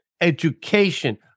education